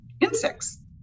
insects